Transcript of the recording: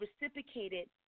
reciprocated